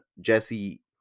Jesse